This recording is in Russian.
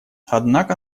однако